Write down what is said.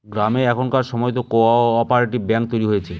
গ্রামে এখনকার সময়তো কো অপারেটিভ ব্যাঙ্ক তৈরী হয়েছে